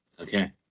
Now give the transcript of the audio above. Okay